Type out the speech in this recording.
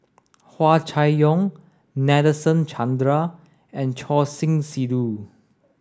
Hua Chai Yong Nadasen Chandra and Choor Singh Sidhu